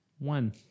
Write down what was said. One